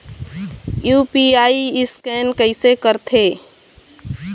UPI scan कइसे करथे?